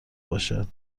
باشد